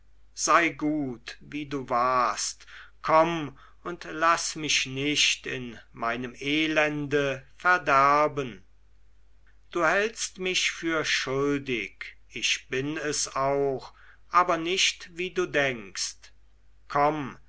sei gut wie du warst komm und laß mich nicht in meinem elende verderben du hältst mich für schuldig ich bin es auch aber nicht wie du denkst komm